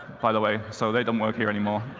by the way. so they don't work here anymore.